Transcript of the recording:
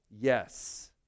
Yes